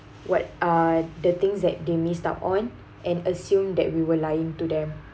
what are the things that they missed out on and assume that we were lying to them